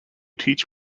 teach